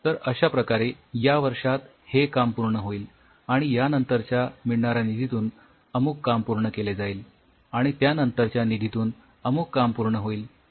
तर अश्या प्रकारे या वर्षात हे काम पूर्ण होईल आणि यानंतरच्या मिळणाऱ्या निधितून अमुक काम पूर्ण केले जाईल आणि त्यानंतरच्या निधीतून अमुक काम पूर्ण होईल